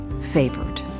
favored